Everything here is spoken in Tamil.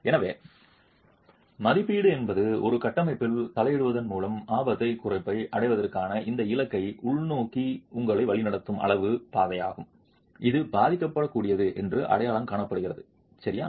எனவே மதிப்பீடு என்பது ஒரு கட்டமைப்பில் தலையிடுவதன் மூலம் ஆபத்து குறைப்பை அடைவதற்கான இந்த இலக்கை நோக்கி உங்களை வழிநடத்தும் அளவு பாதையாகும் இது பாதிக்கப்படக்கூடியது என்று அடையாளம் காணப்படுகிறது சரியா